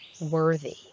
worthy